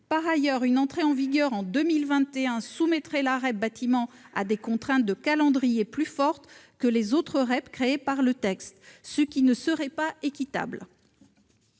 Par ailleurs, une entrée en vigueur en 2021 soumettrait la REP du secteur du bâtiment à des contraintes de calendrier plus fortes que les autres REP créées par le projet de loi, ce qui ne serait pas équitable.